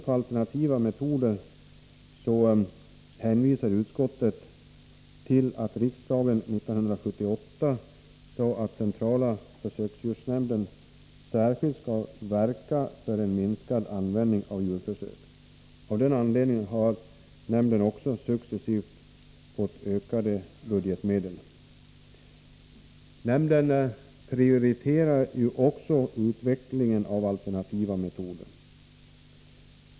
Utskottet hänvisar här till att riksdagen år 1978 uttalade att centrala försöksdjursnämnden särskilt skulle verka för en minskad användning av försöksdjur. Av den anledningen har nämnden successivt fått ökade budgetmedel. Nämnden prioriterar också utvecklingen av alternativa metoder.